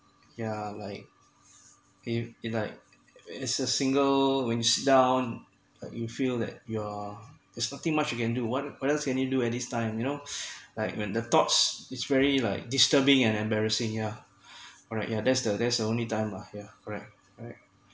yeah like if it like it's a single winds down like you feel that you are there's nothing much you can do what what else can you do at this time you know like when the thoughts is very like disturbing and embarrassing yeah alright yeah that's the that's the only time lah alright alright